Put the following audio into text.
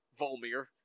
Volmir